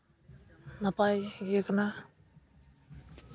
ᱱᱟᱯᱟᱭ ᱤᱭᱟᱹ ᱠᱟᱱᱟ